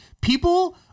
people